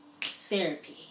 therapy